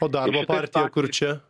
o darbo partija kur čia